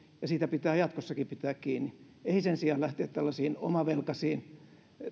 ja siitä pitää jatkossakin pitää kiinni ei sen sijaan lähteä tällaisiin omavelkaisiin